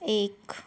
एक